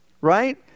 right